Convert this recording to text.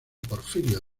porfirio